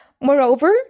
Moreover